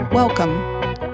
Welcome